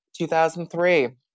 2003